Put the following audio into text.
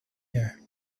here